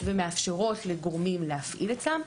ומאפשרות לגורמים להפעיל אצלם,